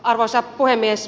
arvoisa puhemies